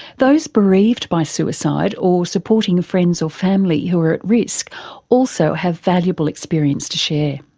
those bereaved by suicide or supporting friends or family who are at risk also have valuable experience to share.